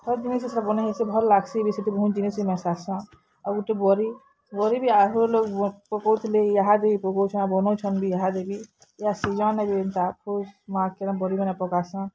ଜିନିଷରେ ବି ବନେଇହେସି ଭଲ୍ ଲାଗ୍ସି ବି ସେଠି ବହୁତ୍ ଜିନିଷ୍ ବି ମେସାସନ୍ ଆଉ ଗୁଟେ ବରି ବରି ବି ଆଘ୍ରୁ ପକଉଥିଲେ ଇହାଦେ ବି ପକଉଛନ୍ ଆଉ ବନଉଛନ୍ ବି ଏହା ଦେବି ଏହା ସିଜନ୍ ନେ ଯେ ଏନ୍ତା ଫୁସ୍ ମାଘ୍ ନ ବରିମାନେ ପକାସନ୍